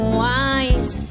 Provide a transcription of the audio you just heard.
wise